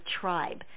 tribe